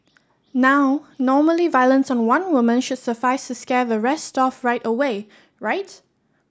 now normally violence on one woman should suffice to scare the rest off right away right